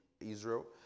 Israel